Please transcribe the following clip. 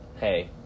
hey